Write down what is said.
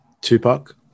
Tupac